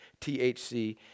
THC